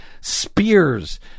spears